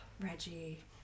Reggie